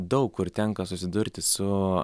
daug kur tenka susidurti su